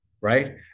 right